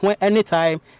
anytime